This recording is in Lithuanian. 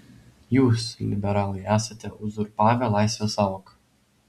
jūs liberalai esate uzurpavę laisvės sąvoką